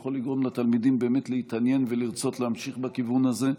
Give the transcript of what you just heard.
שיכול לגרום לתלמידים באמת להתעניין ולרצות להמשיך בכיוון הזה.